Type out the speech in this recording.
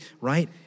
right